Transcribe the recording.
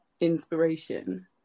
inspiration